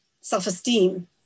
self-esteem